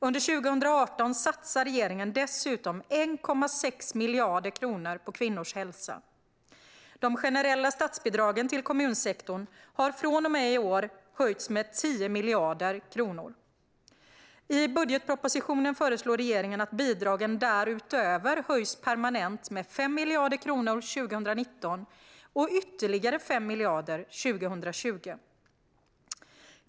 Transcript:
Under 2018 satsar regeringen dessutom 1,6 miljarder kronor på kvinnors hälsa. De generella statsbidragen till kommunsektorn har från och med i år höjts med 10 miljarder kronor. I budgetpropositionen föreslår regeringen att bidragen därutöver höjs permanent med 5 miljarder kronor 2019 och med ytterligare 5 miljarder 2020.